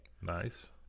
Nice